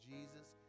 Jesus